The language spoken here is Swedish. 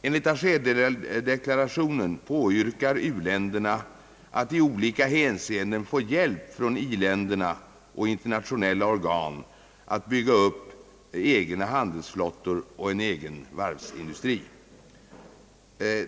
Enligt Alger-deklarationen påyrkar u-länderna att i olika hänseenden få hjälp från i-länderna och internationella organ att bygga upp egna handelsflottor och en egen varvsindustri.